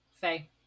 Faye